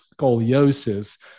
scoliosis